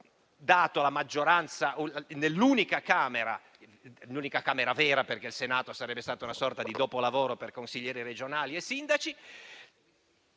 alla maggioranza nell'unica Camera vera, perché il Senato sarebbe stata una sorta di dopolavoro per consiglieri regionali e sindaci;